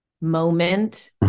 moment